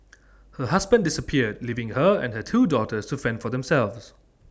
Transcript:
her husband disappeared leaving her and her two daughters to fend for themselves